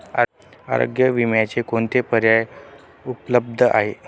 आरोग्य विम्याचे कोणते पर्याय उपलब्ध आहेत?